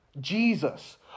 Jesus